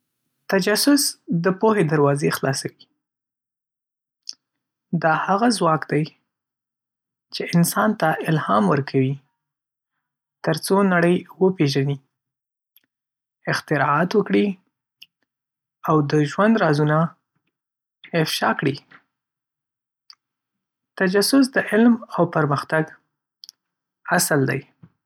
تجسس د پوهې دروازې خلاصوي. دا هغه ځواک دی چې انسان ته الهام ورکوي تر څو نړۍ وپیژني، اختراعات وکړي، او د ژوند رازونه افشا کړي. تجسس د علم او پرمختګ اصل دی.